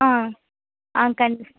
ஆ ஆ கண்